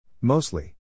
Mostly